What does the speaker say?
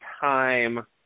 time